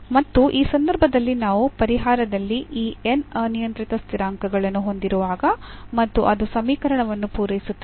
ಮತ್ತು ಈ ಸಂದರ್ಭದಲ್ಲಿ ನಾವು ಪರಿಹಾರದಲ್ಲಿ ಈ n ಅನಿಯಂತ್ರಿತ ಸ್ಥಿರಾಂಕಗಳನ್ನು ಹೊಂದಿರುವಾಗ ಮತ್ತು ಅದು ಸಮೀಕರಣವನ್ನು ಪೂರೈಸುತ್ತದೆ